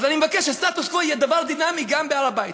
אז אני מבקש שהסטטוס-קוו יהיה דבר דינמי גם בהר-הבית.